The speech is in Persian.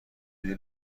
دیدی